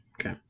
Okay